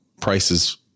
prices